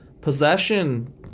possession